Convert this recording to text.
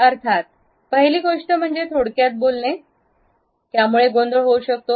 अर्थात पहिली गोष्ट म्हणजे थोडक्यात बोलणे यामुळे गोंधळ होऊ शकतो